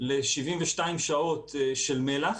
ל-72 שעות של מלח,